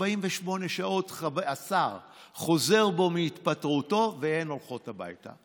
48 שעות, השר חוזר בו מהתפטרותו והן הולכות הביתה.